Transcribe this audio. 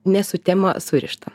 ne su tema surištą